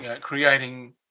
creating